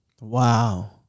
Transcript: Wow